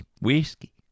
Whiskey